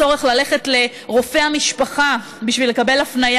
הצורך ללכת לרופא המשפחה בשביל לקבל הפניה